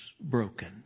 broken